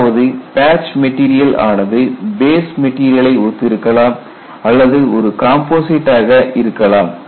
அதாவது patch material ஆனது base மெட்டீரியலை ஒத்திருக்கலாம் அல்லது ஒரு காம்போசைட்டாக இருக்கலாம்